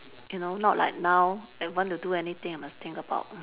you know not like now I want to do anything I must think about mm